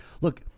Look